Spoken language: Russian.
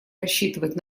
рассчитывать